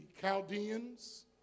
Chaldeans